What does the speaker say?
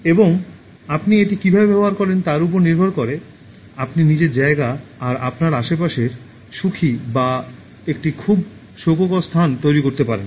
এবং আপনি এটি কীভাবে ব্যবহার করেন তার উপর নির্ভর করে আপনি নিজের জায়গা আর আপনার আশেপাশের সুখী বা একটি খুব শোককর স্থান তৈরি করতে পারেন